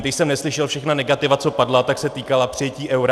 Když jsem slyšel všechna negativa, co padla, tak se týkala přijetí eura.